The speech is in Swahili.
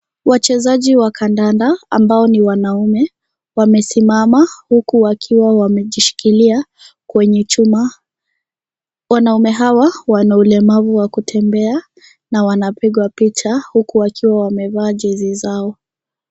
Wachezaji wa kandanda ambao ni wanaume wamesimama huku wakiwa wamejishikilia kwenye chuma. Wanaume hawa wana ulemavu wa kutembea na wanapigwa picha huku wakiwa wamevaa jezi zao.